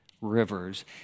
rivers